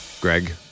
Greg